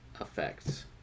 effects